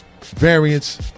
variants